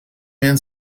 man